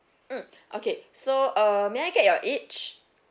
mm okay so uh may I get your age